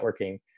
networking